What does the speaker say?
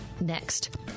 next